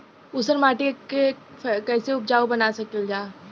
ऊसर माटी के फैसे उपजाऊ बना सकेला जा?